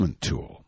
tool